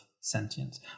sentience